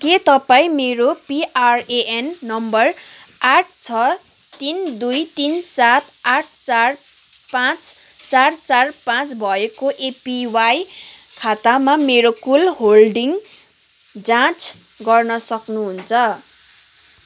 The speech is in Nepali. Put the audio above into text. के तपाईँँ मेरो पिआरएएन नम्बर आठ छ तिन दुई तिन सात आठ चार पाँच चार चार पाँच भएको एपिवाई खातामा मेरो कुल होल्डिङ जाँच गर्न सक्नुहुन्छ